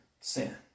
sin